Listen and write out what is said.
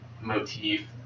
motif